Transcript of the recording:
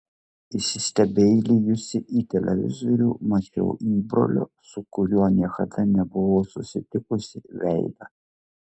įsistebeilijusi į televizorių mačiau įbrolio su kuriuo niekada nebuvau susitikusi veidą